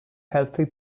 healthy